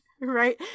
Right